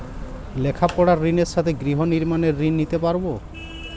লেখাপড়ার ঋণের সাথে গৃহ নির্মাণের ঋণ নিতে পারব?